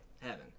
heaven